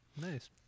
Nice